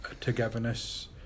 togetherness